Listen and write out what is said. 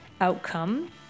Outcome